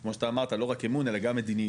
כמו שאתה אמרת לא רק אמון אלא גם מדיניות,